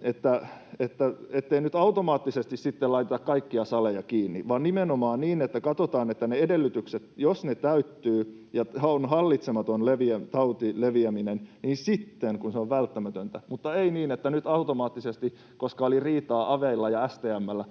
että ei nyt automaattisesti sitten laiteta kaikkia saleja kiinni vaan nimenomaan niin, että katsotaan, ja jos ne edellytykset täyttyvät ja taudin leviäminen on hallitsematonta, niin sitten, kun se on välttämätöntä, ei niin, että nyt automaattisesti, koska oli riitaa aveilla ja STM:llä,